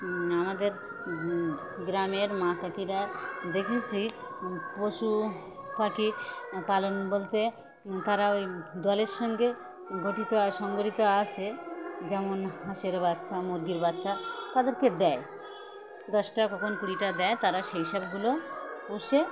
আমাদের গ্রামের দেখেছি পশু পাখি পালন বলতে তারা ওই দলের সঙ্গে গঠিত সংগঠিত আছে যেমন হাঁসের বাচ্চা মুরগির বাচ্চা তাদেরকে দেয় দশটা কখন কুড়িটা দেয় তারা সেই সবগুলো পোষে